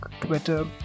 Twitter